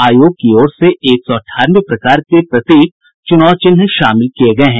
आयोग की ओर से एक सौ अठानवे प्रकार के प्रतीक चुनाव चिन्ह में शामिल किये गये हैं